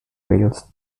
whales